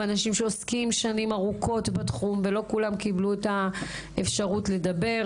ונשים שעוסקים שנים ארוכות בתחום ולא כולם קיבלו את האפשרות לדבר.